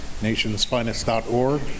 nationsfinest.org